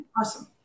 Awesome